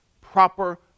proper